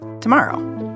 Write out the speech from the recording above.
tomorrow